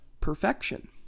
perfection